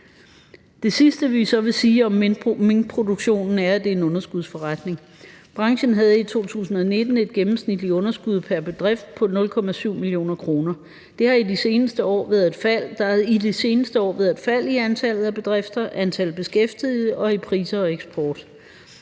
Det sidste, vi så vil sige om minkproduktionen, er, at det er en underskudsforretning. Branchen havde i 2019 et gennemsnitligt underskud per bedrift på 0,7 mio. kr. Der har i de seneste år været et fald i antallet af bedrifter, antal beskæftigede og i priser og eksport,